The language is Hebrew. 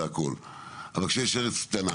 אבל כשיש ארץ קטנה